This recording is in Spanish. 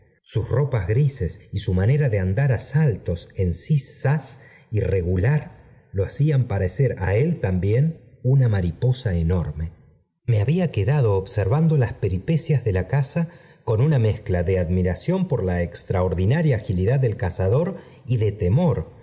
sus ropas grises y en manera de andar á saltos en ziszás irregu lar lo hacían parecer á él también una mariposa enorme me había quedado observando las peripecias de la caza con una mezcla de admiración pos extraordinaria agilidad del cazador y de temor